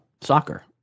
soccer